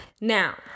Now